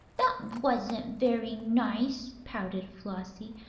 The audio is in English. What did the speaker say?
that wasn't very nice, pouted flossie.